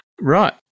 Right